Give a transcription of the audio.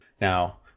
Now